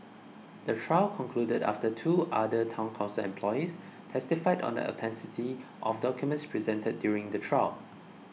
the trial concluded after two other Town Council employees testified on the authenticity of documents presented during the trial